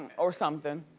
or something.